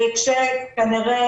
כנראה